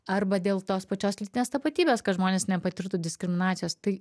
arba dėl tos pačios lytinės tapatybės kad žmonės nepatirtų diskriminacijos tai